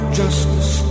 justice